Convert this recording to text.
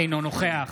אינו נוכח